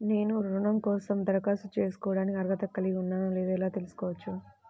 నేను రుణం కోసం దరఖాస్తు చేసుకోవడానికి అర్హత కలిగి ఉన్నానో లేదో ఎలా తెలుసుకోవచ్చు?